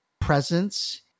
presence